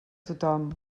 tothom